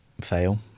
fail